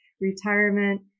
retirement